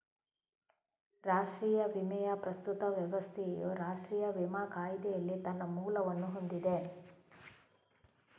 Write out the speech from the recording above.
ರಾಷ್ಟ್ರೀಯ ವಿಮೆಯ ಪ್ರಸ್ತುತ ವ್ಯವಸ್ಥೆಯು ರಾಷ್ಟ್ರೀಯ ವಿಮಾ ಕಾಯಿದೆಯಲ್ಲಿ ತನ್ನ ಮೂಲವನ್ನು ಹೊಂದಿದೆ